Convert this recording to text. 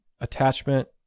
attachment